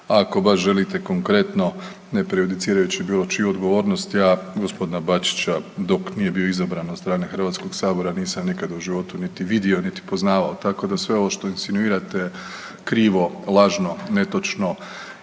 ako baš želite konkretno ne prejudicirajući bilo čiju odgovornost ja g. Bačića dok nije bio izabran od strane HS-a nisam nikada u životu niti vidio niti poznavao, tako da sve ovo što insinuirate krivo, lažno, netočno